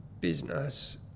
business